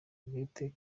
bwite